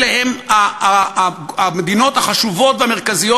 אלה הן המדינות החשובות והמרכזיות,